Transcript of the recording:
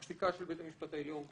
הפסיקה של בית המשפט העליון.